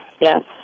Yes